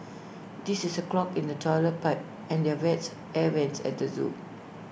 this is A clog in the Toilet Pipe and the vents air Vents at the Zoo